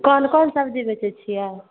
कोन कोन सब्जी बेचै छियै